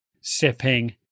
sipping